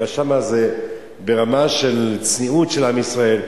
שם זה ברמה של הצניעות של עם ישראל,